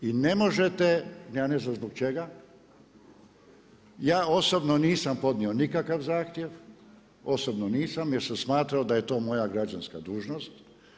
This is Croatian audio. I ne možete, ja ne znam zbog čega, ja osobno nisam podnio nikakav zahtjev, osobno nisam jer sam smatrao da je to moja građanska dužnost.